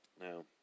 Now